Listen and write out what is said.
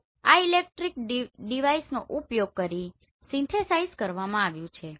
તો આ ઇલેક્ટ્રોનિક ડિવાઇસનો ઉપયોગ કરીને આને સિન્થેસાઇઝ કરવામાં આવ્યું છે